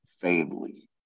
family